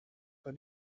bei